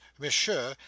monsieur